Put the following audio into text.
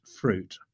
fruit